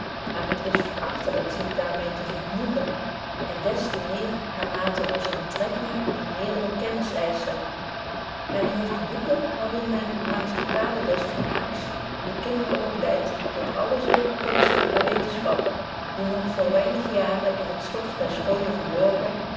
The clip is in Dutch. maar het is verachtelyk zich daar mede te vergenoegen en des te meer naar mate onze betrekkingen die meerdere kennis eisschen men heeft boeken waarin men langs de paden des vermaaks de kinderen opleid tot alle zulke kunsten en wetenschappen die nog voor weinig jaren in het stof der schoolen verborgen